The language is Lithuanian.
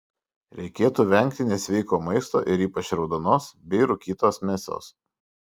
reikėtų vengti nesveiko maisto ir ypač raudonos bei rūkytos mėsos